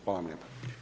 Hvala vam lijepa.